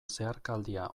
zeharkaldia